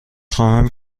خواهم